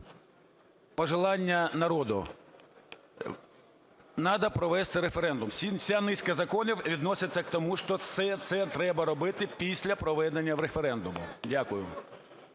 побажання народу. Треба провести референдум. Вся низка законів відносяться до того, що все це треба робити після проведення референдуму. Дякую.